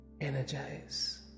Energize